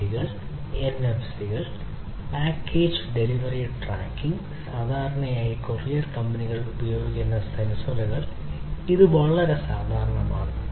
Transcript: RFID കൾ NFC കൾ package delivery tracking സാധാരണയായി കൊറിയർ കമ്പനികൾ ഉപയോഗിക്കുന്ന സെൻസറുകൾ ഇത് വളരെ സാധാരണമാണ്